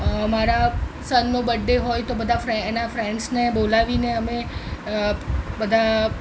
અમારા સનનો બર્થડે હોય તો બધા એના ફ્રેન્ડ્સને બોલાવીને અમે બધા